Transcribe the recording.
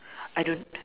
I don't